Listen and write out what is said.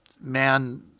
man